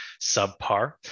subpar